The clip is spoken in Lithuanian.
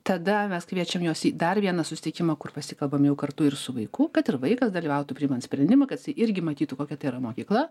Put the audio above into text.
tada mes kviečiam juos į dar vieną susitikimą kur pasikalbam jau kartu ir su vaiku kad ir vaikas dalyvautų priimant sprendimą kad jisai irgi matytų kokia tai yra mokykla